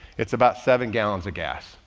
it's about seven gallons of gas.